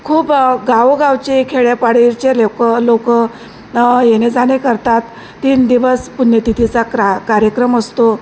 खूप गावोगावचे खेड्यापाडीचे लोकं लोकं येणे जाणे करतात तीन दिवस पुण्यतिथीचा क्रा कार्यक्रम असतो